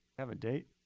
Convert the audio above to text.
have a date?